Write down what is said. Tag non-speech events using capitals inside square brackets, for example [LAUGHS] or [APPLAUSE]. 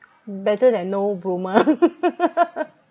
better than no broom ah [LAUGHS]